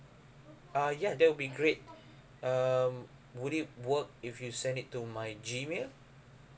ah ya that would be great uh would it work if you send it to my gmail